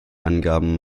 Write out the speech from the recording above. angaben